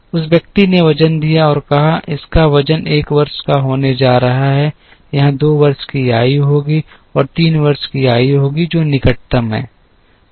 उस व्यक्ति ने वज़न दिया और कहा इसका वजन 1 वर्ष का होने जा रहा है यहाँ 2 वर्ष की आयु होगी और यहाँ 3 वर्ष की आयु होगी जो निकटतम है